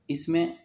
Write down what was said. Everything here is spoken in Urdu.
اس میں